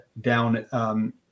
down